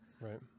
right